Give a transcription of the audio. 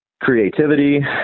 creativity